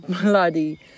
bloody